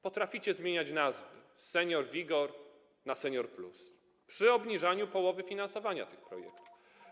Potraficie zmieniać nazwy: „Senior-WIGOR” na „Senior+”, przy jednoczesnym obniżeniu połowy finansowania tych projektów.